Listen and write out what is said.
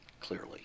Clearly